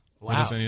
Wow